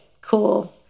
Cool